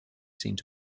seemed